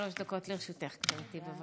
שלוש דקות לרשותך, גברתי, בבקשה.